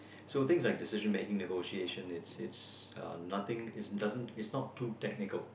so things like decision making negotiation it's it's uh nothing it's nothing not too technical